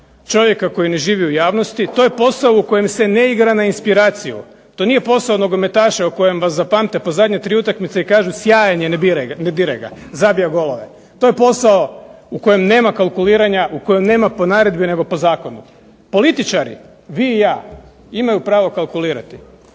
čovjeka koji ne živi u javnosti, to je posao u kojem se ne igra na inspiraciju. To nije posao nogometaša u kojem vas zapamte po zadnje 3 utakmice i kažu: "Sjajan je, ne diraj ga zabija golove." To je posao u kojem nema kalkuliranja, u kojem nema po naredbi nego po zakonu. Političari, vi i ja, imaju pravo kalkulirati.